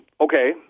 okay